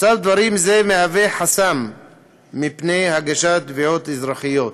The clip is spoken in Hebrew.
מצב דברים זה מהווה חסם מפני הגשת תביעות אזרחיות,